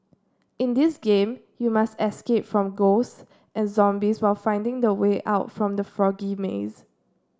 in this game you must escape from ghosts and zombies while finding the way out from the foggy maze